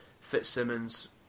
Fitzsimmons